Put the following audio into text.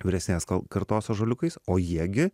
vyresnės kartos ąžuoliukais o jie gi